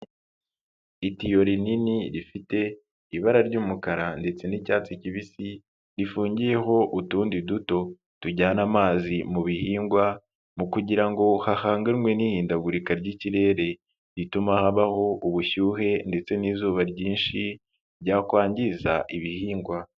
Itiyo rinini rifite ibara ry'umukara ndetse n'icyatsi kibisi, rifungiyeho utundi duto, tujyana amazi mu bihingwa mu kugira ngo hahanganwe n'ihindagurika ry'ikirere, rituma habaho ubushyuhe ndetse n'izuba ryinshi, ryakwangiza ibihingwa.